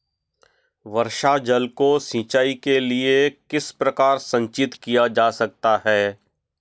वर्षा जल को सिंचाई के लिए किस प्रकार संचित किया जा सकता है?